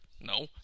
No